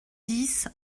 dix